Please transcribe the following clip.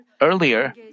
earlier